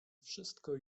wszystko